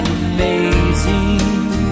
amazing